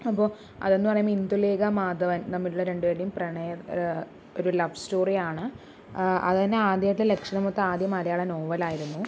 അപ്പോൾ അതെന്നു പറയുമ്പോൾ ഇന്ദുലേഖ മാധവൻ തമ്മിലുള്ള രണ്ടുപേരുടേയും പ്രണയം ഒരു ലവ് സ്റ്റോറിയാണ് അതിനു ആദ്യത്തെ ലക്ഷണമൊത്ത ആദ്യ മലയാള നോവലായിരുന്നു